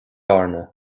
airne